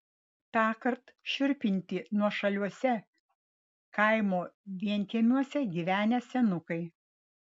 tąkart šiurpinti nuošaliuose kaimo vienkiemiuose gyvenę senukai